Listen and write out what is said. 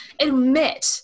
admit